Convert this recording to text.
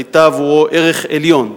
היתה עבורו ערך עליון.